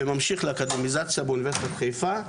וממשיך לאקדמיזציה באוניברסיטת חיפה,